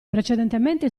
precedentemente